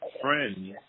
friends